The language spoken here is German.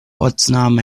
ortsname